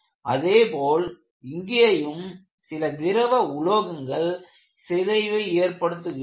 அதே போல் இங்கேயும் சில திரவ உலோகங்கள் சிதைவை ஏற்படுத்துகின்றன